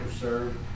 served